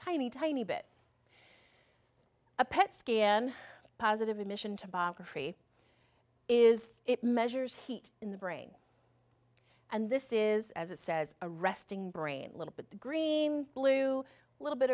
tiny tiny bit a pet scan positive emission tomography is it measures heat in the brain and this is as it says a resting brain a little bit the green blue little bit